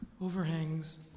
overhangs